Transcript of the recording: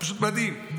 פשוט מדהים.